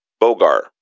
Bogar